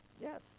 yes